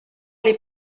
les